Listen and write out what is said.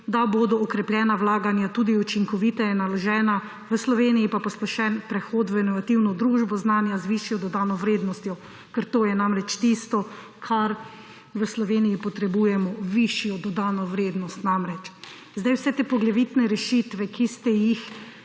da bodo okrepljena vlaganja tudi učinkoviteje naložena, v Sloveniji pa posplošen prehod v inovativno družbo znanja z višjo dodano vrednostjo. Ker to je namreč tisto, kar v Sloveniji potrebujemo: višjo dodano vrednost namreč. Vse te poglavitne rešitve, ki ste jih